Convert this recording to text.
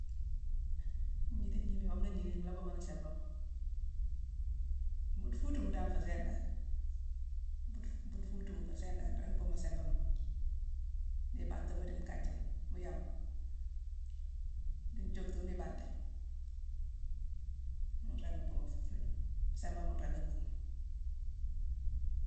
Ngniti ngnima oo mu la gni ni, laa buu mo ni simbama: buude fuutuma dan nféé sééne dan, buude-buude fuutuma nféé sééne dan nringi bhuumo simbama, di ibantima di kanjima, mu yongu, di nthiocktuma di ibanti. Ghune nringi bhuumo-fa-gnoju-simbama nringi bhuumo.